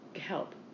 help